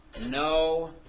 No